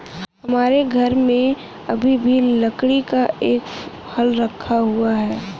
हमारे घर में अभी भी लकड़ी का एक हल रखा हुआ है